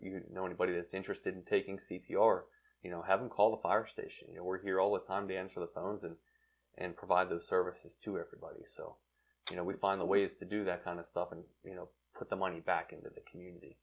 you know anybody is interested in taking c c or you know have him call the fire station or hear all that on the answer the phones and and provide the services to everybody so you know we find the ways to do that kind of stuff and you know put the money back into the community